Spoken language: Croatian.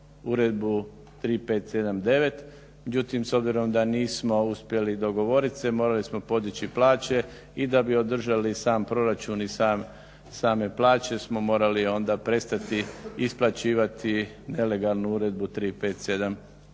uredbu 3579. Međutim, s obzirom da nismo uspjeli dogovorit se morali smo podići plaće i da bi održali sam proračun i same plaće smo morali onda prestati isplaćivati nelegalnu uredbu 3579.